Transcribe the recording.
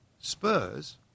Spurs